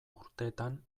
urtetan